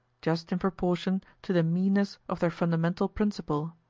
just in proportion to the meanness of their fundamental principle,